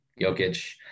Jokic